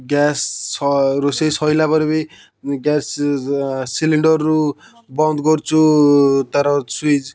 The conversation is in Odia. ଗ୍ୟାସ୍ ରୋଷେଇ ସରିଲା ପରେ ବି ଗ୍ୟାସ୍ ସିଲିଣ୍ଡର୍ରୁ ବନ୍ଦ କରୁଛୁ ତା'ର ସୁଇଚ୍